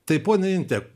taip pone inte